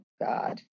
God